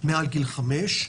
מעל גיל חמש.